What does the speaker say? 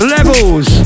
Levels